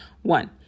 One